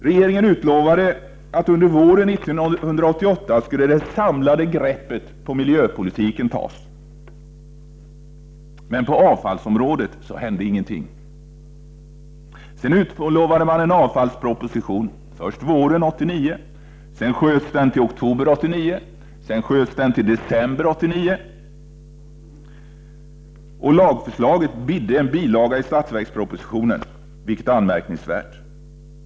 Regeringen utlovade att våren 1988 skulle det samlade greppet på miljöpolitiken tas, men på avfallsområdet hände ingenting. Sedan utlovade man en avfallsproposition först våren 1989, sedan sköts den upp till oktober 1989 och sedan till december 1989. Lagförslaget ”bidde” en bilaga i statsverkspropositionen, vilket är anmärkningsvärt.